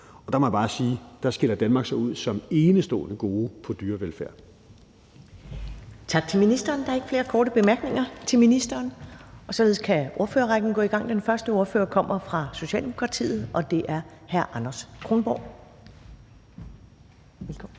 Der må jeg bare sige, at der skiller Danmark sig ud som enestående gode i forhold til dyrevelfærd. Kl. 10:18 Første næstformand (Karen Ellemann): Tak til ministeren. Der er ikke flere korte bemærkninger til ministeren, og således kan ordførerrækken gå i gang. Den første ordfører kommer fra Socialdemokratiet, og det er hr. Anders Kronborg. Velkommen.